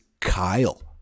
Kyle